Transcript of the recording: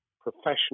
professional